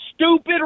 stupid